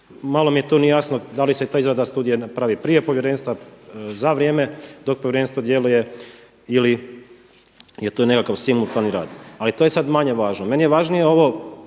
Malo mi tu nije jasno da li se ta izrada studije napravi prije povjerenstva, za vrijeme dok povjerenstvo djeluje ili je to nekakav simultani rad. Ali to je sad manje važno. Meni je važnije ovo